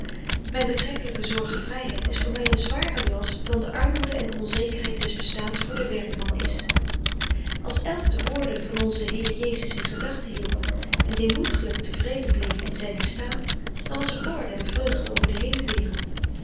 mijn betrekkelijke zorgenvrijheid is voor mij een zwaarder last dan de armoede en de onzekerheid des bestaans voor den werkman is als elk de woorden van onzen heer jezus in gedachten hield en deemoediglijk tevreden bleef in zijnen staat dan was er orde en vreugde over de heele wereld